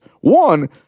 One